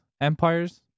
empires